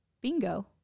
Bingo